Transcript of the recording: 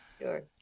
Sure